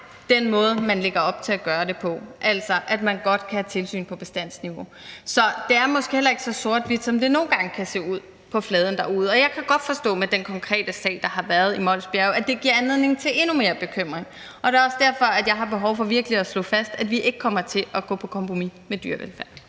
den måde, man lægger op til at gøre det på, altså at man godt kan have tilsyn på bestandsniveau. Så det er måske heller ikke så sort-hvidt, som det er nogle gange kan se ud på fladen derude. Og jeg kan godt forstå med den konkrete sag, der har været i Mols Bjerge, at det giver anledning til endnu mere bekymring. Det er også derfor, jeg har behov for virkelig at slå fast, at vi ikke kommer til at gå på kompromis med dyrevelfærden.